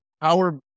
power